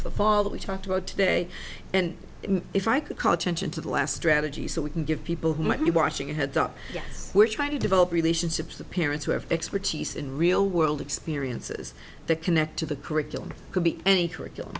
fall that we talked about today and if i could call attention to the last rather g s that we can give people who might be watching heads up we're trying to develop relationships to parents who have expertise in real world experiences that connect to the curriculum could be any curriculum